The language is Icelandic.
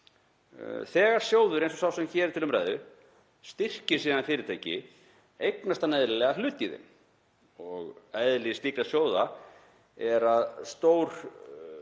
Þegar sjóðir eins og sá sem hér er til umræðu styrkir síðan fyrirtæki eignast hann eðlilega hlut í þeim. Eðli slíkra sjóða er að stór